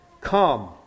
Come